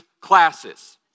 classes